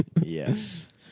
Yes